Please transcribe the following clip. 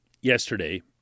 yesterday